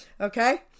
Okay